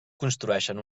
construeixen